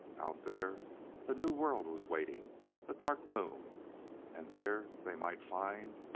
out there a new world was waiting a dark moon and there they might find.